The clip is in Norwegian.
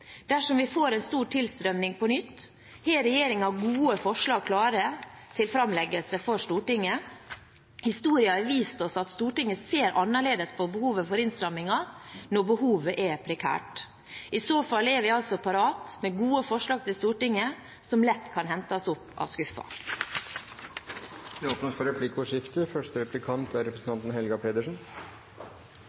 Dersom vi får en stor tilstrømning på nytt, har regjeringen gode forslag klare til framleggelse for Stortinget. Historien har vist oss at Stortinget ser annerledes på behovet for innstramninger når behovet er prekært. I så fall er vi altså parate med gode forslag til Stortinget som lett kan hentes opp av skuffen. Det blir replikkordskifte.